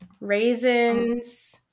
raisins